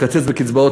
לקצץ בקצבאות